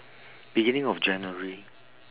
beginning of january